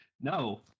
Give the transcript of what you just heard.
No